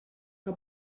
que